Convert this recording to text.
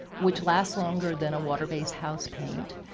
which lasts longer than a water-based house paint.